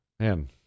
Man